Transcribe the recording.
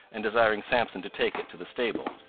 and desiring sampson to take it to the stable,